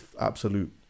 absolute